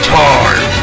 time